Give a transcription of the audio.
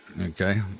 okay